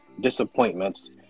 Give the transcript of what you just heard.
disappointments